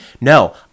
No